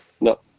No